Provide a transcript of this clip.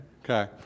Okay